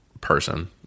person